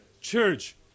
Church